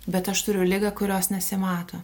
bet aš turiu ligą kurios nesimato